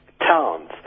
towns